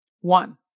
One